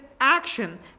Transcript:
action